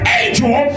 angel